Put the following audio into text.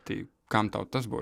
tai kam tau tas buvo